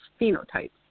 phenotypes